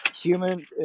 human